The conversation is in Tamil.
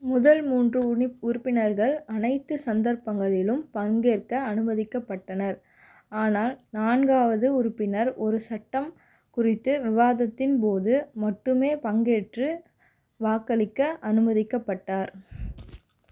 முதல் மூன்று உறுப்பினர்கள் அனைத்து சந்தர்ப்பங்களிலும் பங்கேற்க அனுமதிக்கப்பட்டனர் ஆனால் நான்காவது உறுப்பினர் ஒரு சட்டம் குறித்த விவாதத்தின் போது மட்டுமே பங்கேற்று வாக்களிக்க அனுமதிக்கப்பட்டார்